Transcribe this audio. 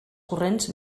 corrents